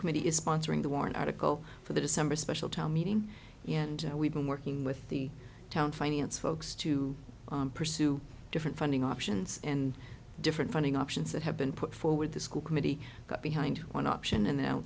committee is sponsoring the war and article for the december special town meeting and we've been working with the town finance folks to pursue different funding options and different funding options that have been put forward the school committee got behind one option and now